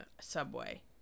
subway